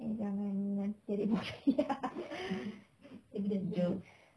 eh jangan in~ cari bayar joke